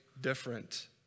different